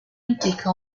implica